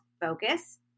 focus